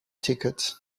ticket